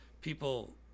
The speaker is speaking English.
people